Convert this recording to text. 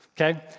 Okay